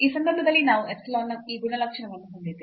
ಈ ಸಂದರ್ಭದಲ್ಲಿ ನಾವು epsilon ನ ಈ ಗುಣಲಕ್ಷಣವನ್ನು ಹೊಂದಿದ್ದೇವೆ